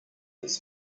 his